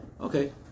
Okay